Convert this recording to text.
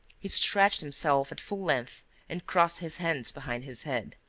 he stretched himself at full length and crossed his hands behind his head.